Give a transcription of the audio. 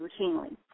routinely